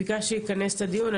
ביקשתי לכנס את הדיון,